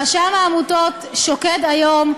רשם העמותות שוקד היום,